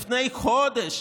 לפני חודש,